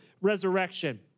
resurrection